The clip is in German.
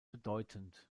bedeutend